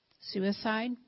Suicide